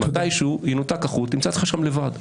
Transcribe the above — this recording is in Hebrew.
-- מתישהו ינותק החוט תמצא את עצמך שם לבד.